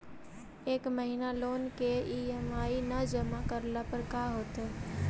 एक महिना लोन के ई.एम.आई न जमा करला पर का होतइ?